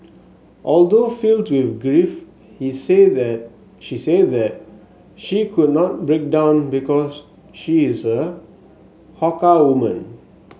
although filled with grief he said that she said that she could not break down because she is a Hakka woman